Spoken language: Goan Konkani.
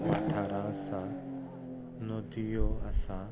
वाठारां आसा नदयो आसा